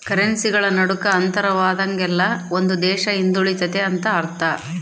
ಕರೆನ್ಸಿಗಳ ನಡುಕ ಅಂತರವಾದಂಗೆಲ್ಲ ಒಂದು ದೇಶ ಹಿಂದುಳಿತೆತೆ ಅಂತ ಅರ್ಥ